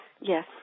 Yes